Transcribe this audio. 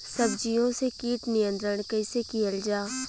सब्जियों से कीट नियंत्रण कइसे कियल जा?